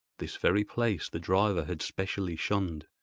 this very place the driver had specially shunned.